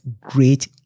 great